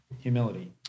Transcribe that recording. humility